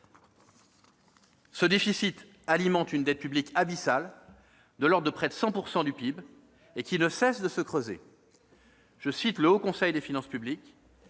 Ce déficit alimente une dette publique abyssale, de l'ordre de 100 % du PIB, et qui ne cesse de se creuser ! Je cite le Haut Conseil des finances publiques